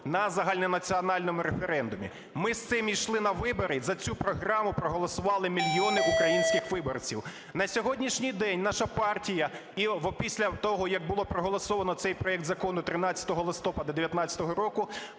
на загальнонаціональному референдумі. Ми з цим йшли на вибори і за цю програму проголосували мільйони українських виборців. На сьогоднішній день наша партія, і після того, як було проголосовано цей проект закону 13 листопада 19-го року,